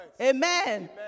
Amen